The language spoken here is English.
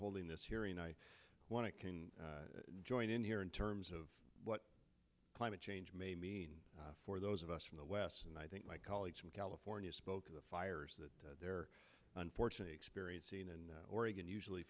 holding this hearing i want to can join in here in terms of what climate change may mean for those of us from the west and i think my colleague from california spoke of the fires that they're unfortunately experiencing in oregon usually